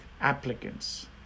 applicants